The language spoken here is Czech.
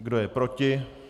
Kdo je proti?